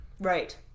Right